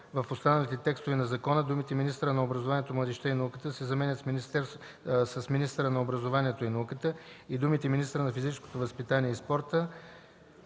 В чл. 26, ал. 2 думите „министъра на образованието, младежта и науката” се заменят с „министъра на образованието и науката” и думите „министъра на физическото възпитание и спорта”